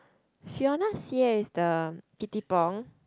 Fiona-Xie is the Kitty Pong